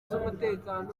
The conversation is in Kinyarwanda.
z’umutekano